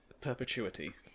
perpetuity